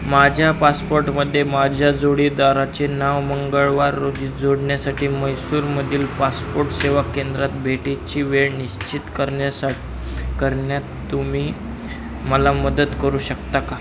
माझ्या पासपोर्टमध्ये माझ्या जोडीदाराचे नाव मंगळवार रोजी जोडण्यासाठी म्हैसूरमधील पासपोर्ट सेवा केंद्रात भेटीची वेळ निश्चित करण्यासाठी करण्यात तुम्ही मला मदत करू शकता का